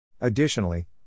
Additionally